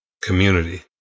Community